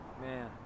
Man